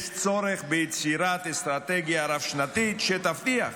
יש צורך ביצירת אסטרטגיה רב-שנתית שתבטיח